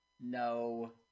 No